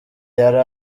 yari